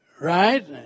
Right